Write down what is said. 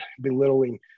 belittling